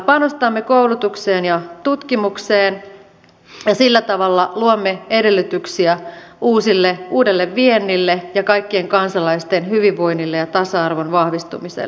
panostamme koulutukseen ja tutkimukseen ja sillä tavalla luomme edellytyksiä uudelle viennille ja kaikkien kansalaisten hyvinvoinnille ja tasa arvon vahvistumiselle